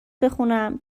بخونم